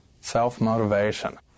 Self-motivation